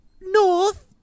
North